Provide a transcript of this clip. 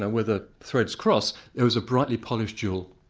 know where the threads cross, there is a brightly polished jewel.